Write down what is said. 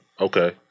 Okay